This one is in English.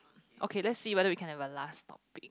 okay let see whether we can have a last topic